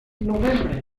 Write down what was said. novembre